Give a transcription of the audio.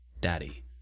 Daddy